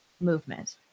movement